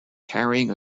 carrying